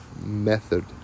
method